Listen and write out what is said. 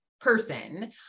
person